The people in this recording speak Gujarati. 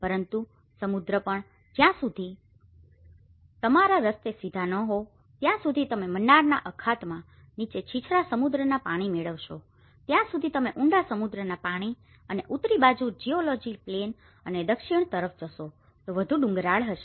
પરંતુ સમુદ્ર પણ જ્યાં સુધી તમારા રસ્તે સીધા ન હોય ત્યાં સુધી તમે મન્નારના અખાતમાં નીચે છીછરા સમુદ્રનાં પાણી મેળવશો ત્યાં સુધી તમે ઉંડા સમુદ્રનાં પાણી અને ઉત્તરી બાજુની જીઓલોજી પ્લેન અને દક્ષિણ તરફ જશો તો વધુ ડુંગરાળ હશે